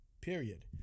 period